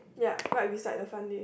ya right beside the fun day